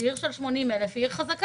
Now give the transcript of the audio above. שעיר של 80,000 תושבים היא עיר חזקה.